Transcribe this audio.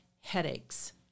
headaches